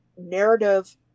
narrative